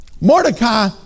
Mordecai